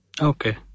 Okay